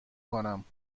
کنم